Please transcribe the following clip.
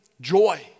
joy